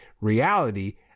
reality